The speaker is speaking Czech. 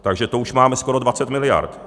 Takže to už máme skoro 20 miliard.